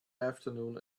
afternoon